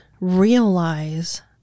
realize